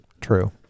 True